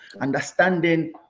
understanding